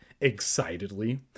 excitedly